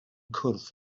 cwrdd